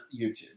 YouTube